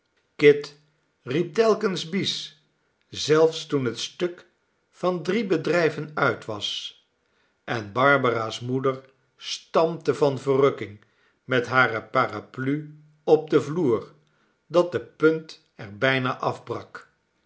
kit riep telkens bis zelfs toen het sttik van drie bedrijven uit was en barbara's moeder stampte van verrukking met hare paraplu op den vloer dat de punt er bijna afbrak